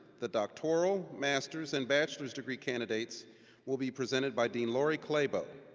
the doctoral, masters and bachelor degree candidates will be presented by dean laurie clabo.